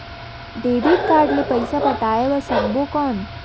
Debit card ले पइसा पटाय बार सकबो कौन?